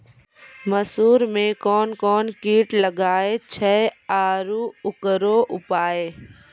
मसूर मे कोन कोन कीट लागेय छैय आरु उकरो उपाय?